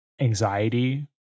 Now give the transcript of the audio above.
anxiety